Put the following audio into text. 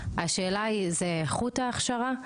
השאלה היא זה איכות ההכשרה,